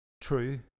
true